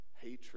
hatred